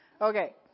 Okay